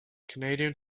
canadian